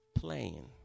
playing